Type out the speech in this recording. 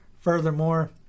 Furthermore